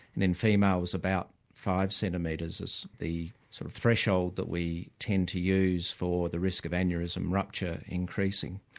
and in females about five centimetres is the sort of threshold that we tend to use for the risk of aneurysm rupture increasing.